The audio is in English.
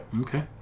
Okay